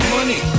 Money